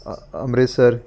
ਅ Amritsar